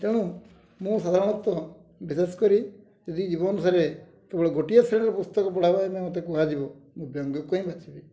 ତେଣୁ ମୁଁ ସାଧାରଣତଃ ବିଶେଷ କରି ଯଦି ଜୀବନୁସାରେ କେବଳ ଗୋଟିଏ ଶ୍ରେଣୀର ପୁସ୍ତକ ପଢ଼ିବା ଏବେ ମୋତେ କୁହାଯିବ ମୁଁ ବ୍ୟଙ୍ଗକୁ ହିଁ ବାଛିବି